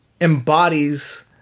embodies